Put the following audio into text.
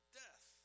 death